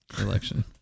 election